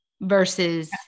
versus